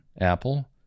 Apple